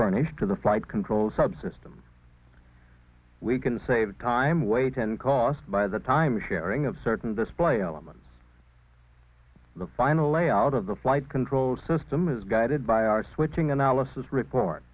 printed to the flight control subsystem we can save time weight and cost by the time the sharing of certain display elements the final layout of the flight control system is guided by our switching analysis report